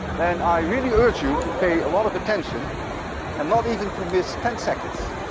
and i really urge you to pay a lot of attention and not even to miss ten seconds,